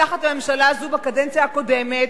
תחת הממשלה הזו בקדנציה הקודמת,